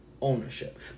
Ownership